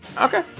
Okay